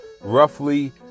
roughly